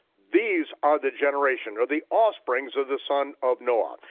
these are the generations, or the offsprings, of the son of noah.